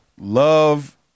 love